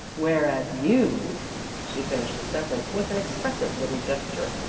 whereas you she finished the sentence with an expressive little gesture.